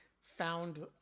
found